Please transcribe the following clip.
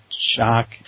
Shock